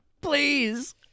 Please